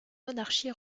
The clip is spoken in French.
monarchie